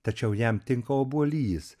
tačiau jam tinka obuolys